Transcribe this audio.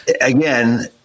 again